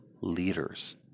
leaders